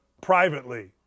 privately